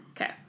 Okay